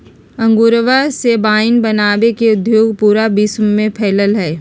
अंगूरवा से वाइन बनावे के उद्योग पूरा विश्व में फैल्ल हई